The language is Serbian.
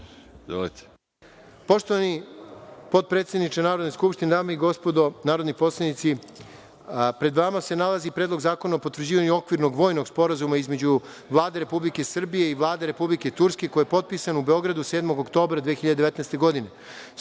Poštovani potpredsedniče Narodne skupštine, dame i gospodo narodni poslanici, pred vama se nalazi Predlog zakona o potvrđivanju Okvirnog vojnog sporazuma između Vlade Republike Srbije i Vlade Republike Turske, koji je potpisan u Beogradu 7. oktobra 2019.